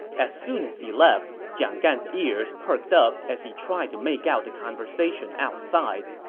as soon as he left, jiang gan's ears perked up as he tried to make out the conversation outside.